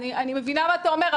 אני מבינה מה אתה אומר,